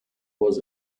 was